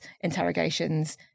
interrogations